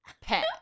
Pet